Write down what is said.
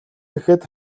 гэхэд